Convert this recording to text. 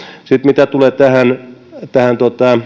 sitten mitä tulee tähän tähän